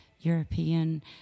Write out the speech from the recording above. European